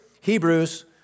Hebrews